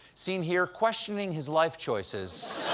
seen here questioning his life choices.